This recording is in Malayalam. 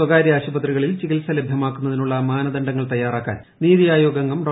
സ്വകാര്യ ആശുപത്രികളിൽ ചികിത്സ ലഭ്യമാക്കുന്നതിനുള്ള മാന്നുദണ്ഡങ്ങൾ തയ്യാറാക്കാൻ നീതി ആയോഗ് അംഗം ഡോ